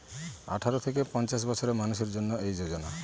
আঠারো থেকে পঞ্চাশ বছরের মানুষের জন্য এই যোজনা